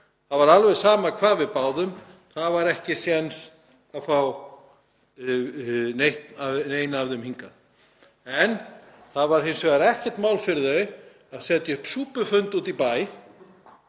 það var alveg sama hvað við báðum, það var ekki séns að fá neinn af þeim hingað. En það var hins vegar ekkert mál fyrir þau að setja upp súpufund úti í bæ,